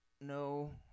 no